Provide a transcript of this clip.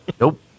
Nope